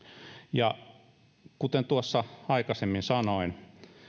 ja kuten tuossa aikaisemmin sanoin